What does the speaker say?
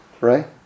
right